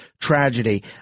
tragedy